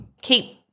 keep